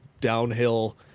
downhill